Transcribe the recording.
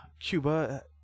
Cuba